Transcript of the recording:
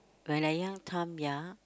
when I young time ya